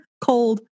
cold